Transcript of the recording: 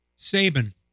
Saban